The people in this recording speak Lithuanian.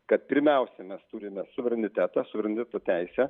kad pirmiausia mes turime suverenitetą suvereniteto teisę